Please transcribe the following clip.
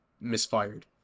misfired